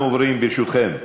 אנחנו עוברים, ברשותכם,